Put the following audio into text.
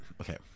okay